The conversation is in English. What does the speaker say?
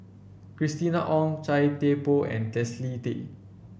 Christina Ong Chia Thye Poh and Leslie Tay